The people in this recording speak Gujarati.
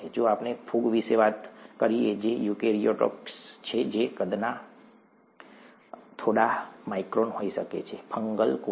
જો આપણે ફૂગ વિશે વાત કરીએ જે યુકેરીયોટ્સ છે જે કદમાં થોડા માઇક્રોન હોઈ શકે છે ફંગલ કોષ